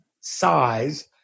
size